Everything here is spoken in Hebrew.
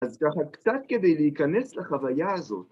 אז ככה קצת כדי להיכנס לחוויה הזאת.